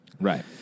Right